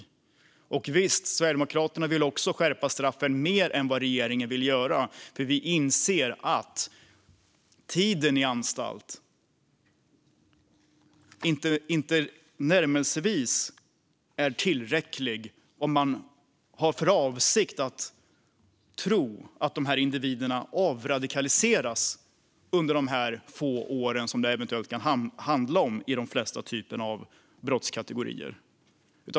Visst vill Sverigedemokraterna skärpa straffen mer än vad regeringen vill göra, för vi inser att tiden i anstalt inte tillnärmelsevis är tillräcklig om man har för avsikt att tro att individerna avradikaliseras under de få åren som det eventuellt kan handla om i de flesta typer av brottskategorier.